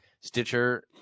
Stitcher